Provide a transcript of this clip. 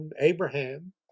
Abraham